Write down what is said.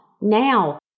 Now